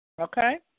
Okay